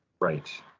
Right